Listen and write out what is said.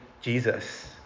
Jesus